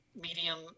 medium